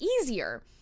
easier